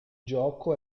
gioco